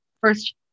first